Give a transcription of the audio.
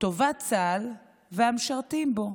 טובת צה"ל והמשרתים בו.